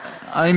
אבל למה,